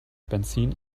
benzin